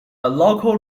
local